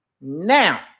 Now